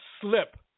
slip